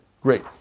Great